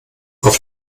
auf